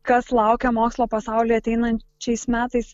kas laukia mokslo pasauly ateinančiais metais